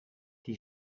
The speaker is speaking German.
die